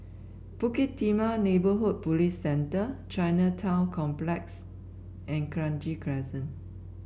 Bukit Timah Neighbourhood Police Centre Chinatown Complex and Kranji Crescent